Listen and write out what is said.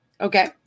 Okay